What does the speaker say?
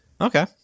Okay